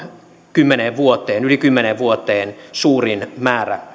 yli kymmeneen vuoteen suurin määrä